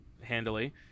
handily